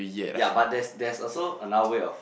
ya but there's there's also another way of